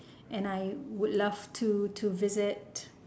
and I would love to to visit